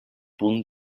punt